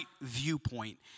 viewpoint